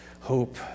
hope